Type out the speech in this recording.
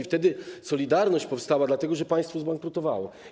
Wtedy „Solidarność” powstała dlatego, że państwo zbankrutowało.